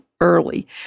early